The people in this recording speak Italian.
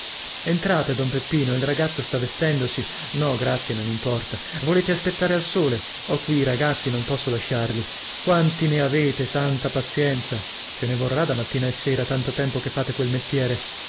entrate don peppino il ragazzo sta vestendosi no grazie non importa volete aspettare al sole vossignoria ho qui i ragazzi non posso lasciarli quanti ne avete santa pazienza ce ne vorrà da mattina a sera tanto tempo che fate quel mestiere